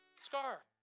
scar